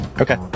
Okay